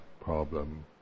problem